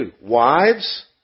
wives